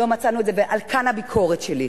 לא מצאנו את זה, ועל, כאן הביקורת שלי.